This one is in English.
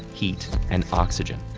heat, and oxygen.